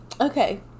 Okay